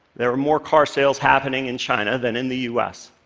there were more car sales happening in china than in the us.